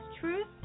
truth